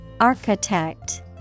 Architect